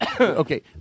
Okay